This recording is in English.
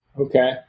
Okay